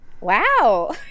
Wow